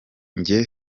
njye